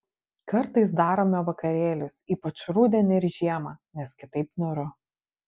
kartais darome vakarėlius ypač rudenį ir žiemą nes kitaip niūru